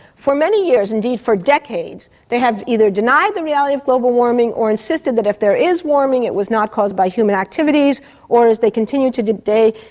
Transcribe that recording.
for many years, indeed for decades, they have either denied the reality of global warming or insisted that if there is warming it was not caused by human activities or, as they continue to today,